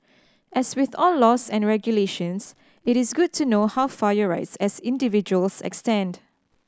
as with all laws and regulations it is good to know how far your rights as individuals extend